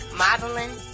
modeling